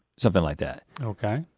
something like that. okay.